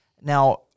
Now